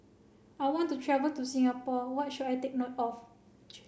I want to travel to Singapore what should I take note of